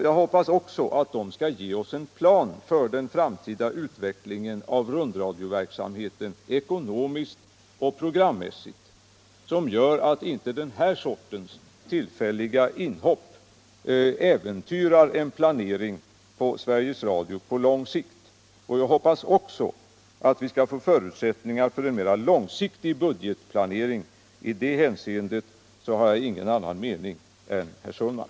Jag hoppas också att den skall ge oss en plan för den framtida utvecklingen av rundradioverksamheten, ekonomiskt och programmässigt, som gör att inte den här sortens tillfälliga inhopp äventyrar en planering inom Sveriges Radio på lång sikt. Jag hoppas också att vi skall få förutsättningar för en mer långsiktig budgetplanering. I det hänseendet har jag ingen annan mening än herr Sundman.